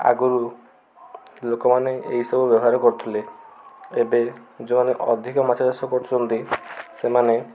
ଆଗରୁ ଲୋକମାନେ ଏଇସବୁ ବ୍ୟବହାର କରୁଥିଲେ ଏବେ ଯୋଉମାନେ ଅଧିକ ମାଛ ଚାଷ କରୁଛନ୍ତି ସେମାନେ